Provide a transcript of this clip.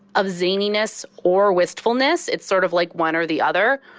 of zaniness or wistfulness, it's sort of like one or the other.